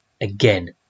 again